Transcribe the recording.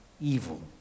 evil